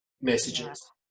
messages